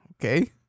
okay